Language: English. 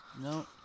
no